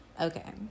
Okay